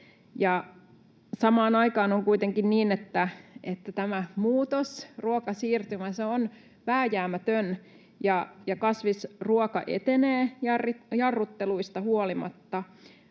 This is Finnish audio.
Samaan aikaan on kuitenkin niin, että tämä muutos, ruokasiirtymä, on vääjäämätön ja kasvisruoka etenee jarrutteluista huolimatta.